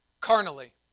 carnally